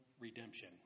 redemption